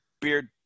beard